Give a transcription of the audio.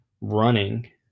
running